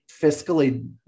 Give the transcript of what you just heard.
fiscally